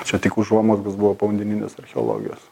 čia tik užuomazgos buvo povandeninės archeologijos